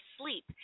sleep